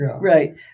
right